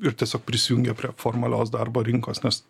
r tiesiog prisijungia prie formalios darbo rinkos nes